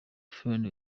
phanny